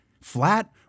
Flat